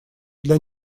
для